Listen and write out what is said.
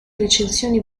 recensioni